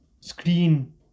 screen